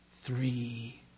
three